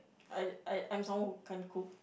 I'm I'm I'm someone who can't cook